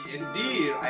indeed